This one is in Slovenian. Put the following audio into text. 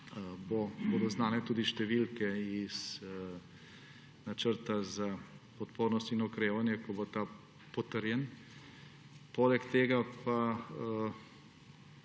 bodo znane tudi številke iz načrta za odpornost in okrevanje, ko bo ta potrjen. Poleg tega pa